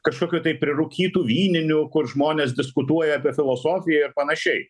kažkokių tai prirūkytų vyninių kur žmonės diskutuoja apie filosofiją ir panašiai